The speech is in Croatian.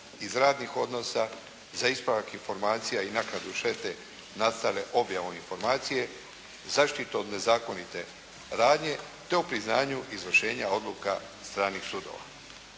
iz radnih odnosa za ispravak informacija i naknadu štete nastale objavom informacije, zaštitu od nezakonite radnje te o priznanju izvršenja odluka stranih sudova.